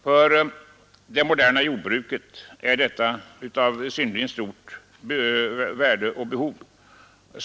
För det moderna jordbruket är detta av synnerligen stort värde och mycket behövligt.